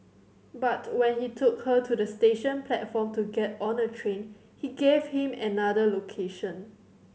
but when he took her to the station platform to get on a train he gave him another location